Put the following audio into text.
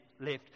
left